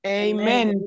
amen